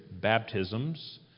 baptisms